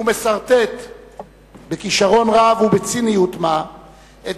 הוא מסרטט בכשרון רב ובציניות-מה את